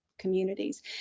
Communities